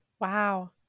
Wow